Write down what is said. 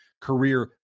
career